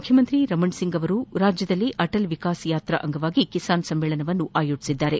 ಮುಖ್ಯಮಂತ್ರಿ ರಮಣ್ಸಿಂಗ್ ಅವರು ರಾಜ್ಯದಲ್ಲಿ ಅಟಲ್ ವಿಕಾಸ್ ಯಾತ್ರಾ ಅಂಗವಾಗಿ ಕಿಸಾನ್ ಸಮ್ಮೇಳನವನ್ನು ಆಯೋಜಿಸಿದ್ದಾರೆ